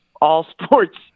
all-sports